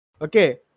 Okay